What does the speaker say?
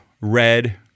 red